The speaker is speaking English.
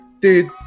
dude